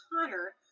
Connor